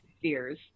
years